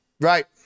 Right